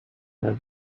had